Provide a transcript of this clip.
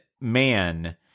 man